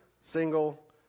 single